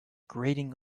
grating